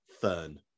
fern